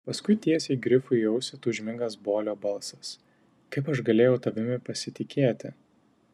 paskui tiesiai grifui į ausį tūžmingas bolio balsas kaip aš galėjau tavimi pasitikėti